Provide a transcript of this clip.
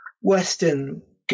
western